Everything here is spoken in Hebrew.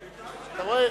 אתה רואה.